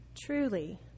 Truly